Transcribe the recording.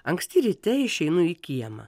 anksti ryte išeinu į kiemą